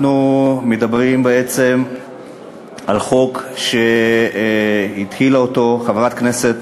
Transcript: אנחנו מדברים בעצם על חוק שהתחילה בחקיקתו חברת הכנסת